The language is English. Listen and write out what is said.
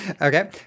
Okay